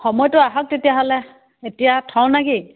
সময়টো আহক তেতিয়াহ'লে এতিয়া থওঁ নেকি